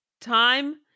time